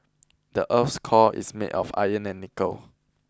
the earth's core is made of iron and nickel